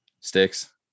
Sticks